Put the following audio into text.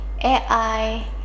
AI